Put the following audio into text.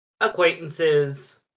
acquaintances